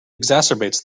exacerbates